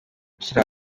gushyira